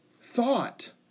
thought